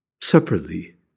separately